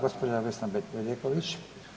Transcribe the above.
Gospođa Vesna Bedeković.